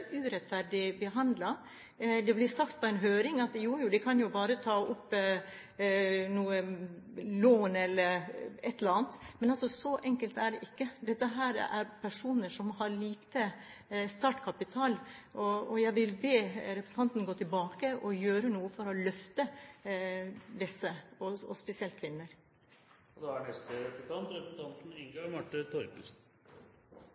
urettferdig behandlet. Det ble sagt på en høring at de kan jo bare ta opp lån eller et eller annet, men så enkelt er det ikke. Dette er personer som har lite startkapital. Jeg vil be representanten om å gjøre noe for å løfte disse, og spesielt kvinner. Jeg har sympati for det engasjementet som representanten